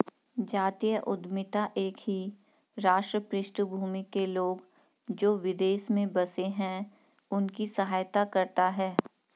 जातीय उद्यमिता एक ही राष्ट्रीय पृष्ठभूमि के लोग, जो विदेश में बसे हैं उनकी सहायता करता है